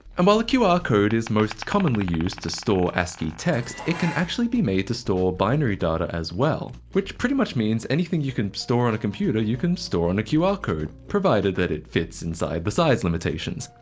and while a qr code is most commonly used to store ascii text, it can actually be made to store binary data as well. which pretty much means anything you can store on a computer, you can store on a qr ah code provided that it fits inside the size limitations.